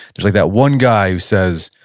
there's like that one guy who says,